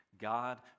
God